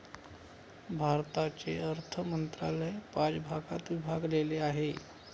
भारताचे अर्थ मंत्रालय पाच भागात विभागलेले आहे